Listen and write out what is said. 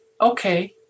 Okay